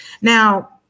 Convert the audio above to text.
now